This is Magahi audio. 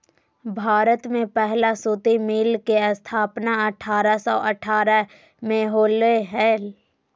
भारत में पहला सूती मिल के स्थापना अठारह सौ अठारह में होले हल